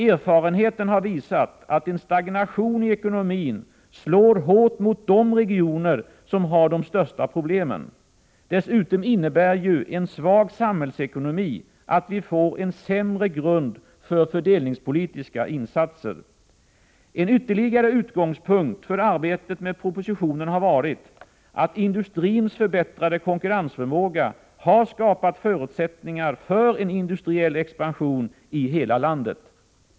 Erfarenheten har visat att en stagnation i ekonomin slår hårt mot de regioner, som har de största problemen. Dessutom innebär ju en svag samhällsekonomi att vi får en sämre grund för fördelningspolitiska insatser. En ytterligare utgångspunkt för arbetet med propositionen har varit att industrins förbättrade konkurrensförmåga har skapat förutsättningar för en industriell expansion i hela landet.